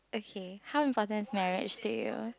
okay how important is marriage to you